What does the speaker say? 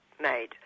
made